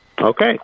Okay